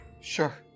Sure